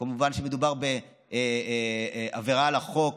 כמובן, מדובר בעבירה על סעיף